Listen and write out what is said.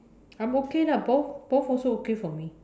I'm okay lah both both also okay for me